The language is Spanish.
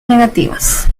negativas